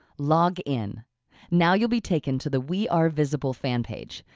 login. now you'll be taken to the we are visible fan page.